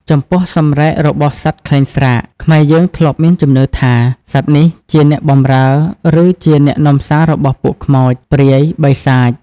ចំពោះ សម្រែករបស់សត្វខ្លែងស្រាក ខ្មែរយើងធ្លាប់មានជំនឿថា សត្វនេះជាអ្នកបម្រើ ឬជាអ្នកនាំសាររបស់ពួកខ្មោច ព្រាយ បិសាច ។